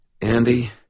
Andy